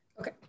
Okay